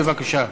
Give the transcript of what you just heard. בבקשה.